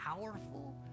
powerful